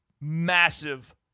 Massive